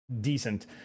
decent